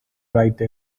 write